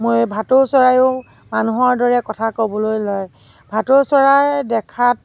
ভাটৌ চৰায়েও মানুহৰ দৰে কথা ক'বলৈ লয় ভাটৌ চৰাই দেখাত